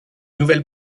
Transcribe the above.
nouvelle